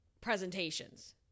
presentations